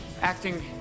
acting